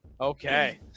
Okay